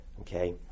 okay